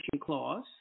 clause